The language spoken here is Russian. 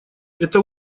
это